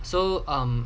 so um